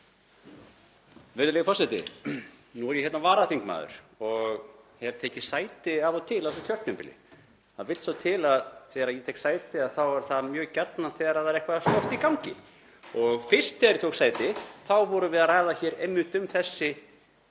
Virðulegi forseti. Nú er ég varaþingmaður og hef tekið sæti af og til á þessu kjörtímabili. Það vill svo til að þegar ég tek sæti þá er það mjög gjarnan þegar það er eitthvað stórt í gangi og fyrst þegar ég tók sæti þá vorum við að ræða hér einmitt um þessi